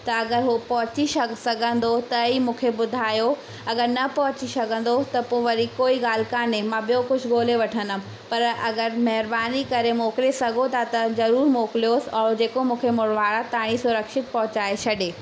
त अगरि हो पहुची शग सघंदो त ई मुखे ॿुधायो अगरि न पहुची सघंदो त वरी कोई ॻाल्हि काने मां ॿियो कुझु ॻोल्हे वठंदमि पर अगरि महिरबानी करे मोकिले सघो था था त ज़रूरु मोकिलियोसि और जेको मूंखे मुड़वारा ताईं सुरक्षित पहुचाए छॾे